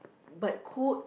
but good